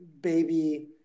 baby